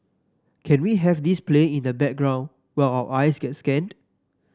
can we have this playing in the background while our eyes get scanned